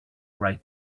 write